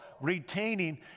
retaining